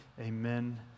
amen